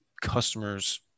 customers